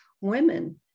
women